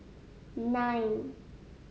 nine